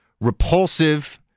repulsive